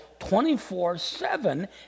24-7